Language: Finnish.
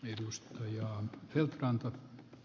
arvoisa puhemies